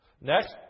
Next